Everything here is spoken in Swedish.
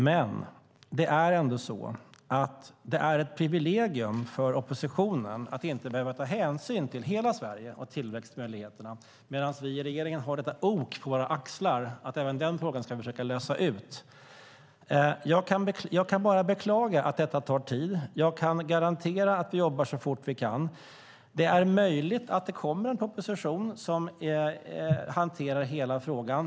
Men det är ändå ett privilegium för oppositionen att inte behöva ta hänsyn till hela Sverige och tillväxtmöjligheterna, medan vi i regeringen har oket på våra axlar att försöka lösa ut även denna fråga. Jag kan bara beklaga att detta tar tid. Jag kan garantera att vi jobbar så fort vi kan. Det är möjligt att det kommer en proposition där vi hanterar hela frågan.